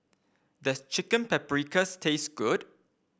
does Chicken Paprikas taste good